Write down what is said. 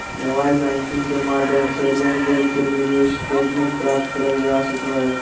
mobile banking के माध्यम से लेनदेन के मिनी स्टेटमेंट प्राप्त करल जा सको हय